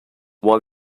while